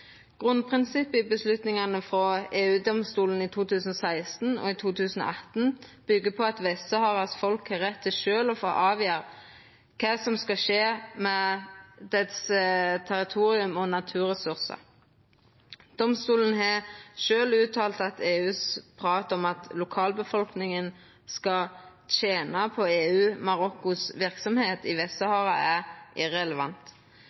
Grunnprinsippet i avgjerdene frå EU-domstolen i 2016 og 2018 byggjer på at Vest-Saharas folk har rett til sjølv å få avgjera kva som skal skje med deira territorium og naturressursar. Domstolen har sjølv uttalt at EUs prat om at lokalbefolkninga skal tena på EU og Marokkos verksemd i